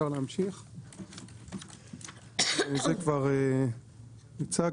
זה הצגתי.